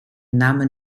namen